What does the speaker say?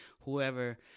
whoever